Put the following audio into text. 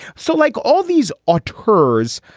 so like all these auteurs,